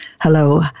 Hello